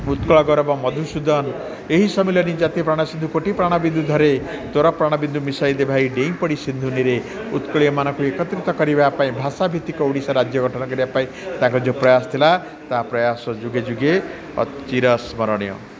ଉତ୍କଳ ଗୌରବ ମଧୁସୂଦନ ଏହି ସମ୍ମିଳନୀ ଜାତି ପ୍ରାଣ ସିନ୍ଧୁ କୋଟି ପ୍ରାଣ ବିବୁଧରେ ତୋର ପ୍ରାଣ ବିନ୍ଦୁ ମିଶାଇ ଦେ ଭାଇ ଡେଇଁପଡ଼ି ସିନ୍ଧୁନୀରେ ଉତ୍କଳୀୟମାନଙ୍କୁ ଏକତ୍ରିତ କରିବା ପାଇଁ ଭାଷା ଭିତ୍ତିକ ଓଡ଼ିଶା ରାଜ୍ୟ ଗଠନ କରିବା ପାଇଁ ତାଙ୍କ ଯୋ ପ୍ରୟାସ ଥିଲା ତା ପ୍ରୟାସ ଯୁଗେ ଯୁଗେ ଅଚିରସ୍ମରଣୀୟ